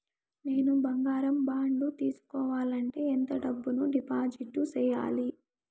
నేను బంగారం బాండు తీసుకోవాలంటే ఎంత డబ్బును డిపాజిట్లు సేయాలి?